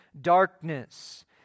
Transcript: darkness